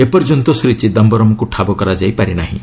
ଏପର୍ଯ୍ୟନ୍ତ ଶ୍ରୀ ଚିଦାୟରମ୍ଙ୍କୁ ଠାବ କରାଯାଇପାରି ନାହିଁ